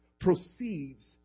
proceeds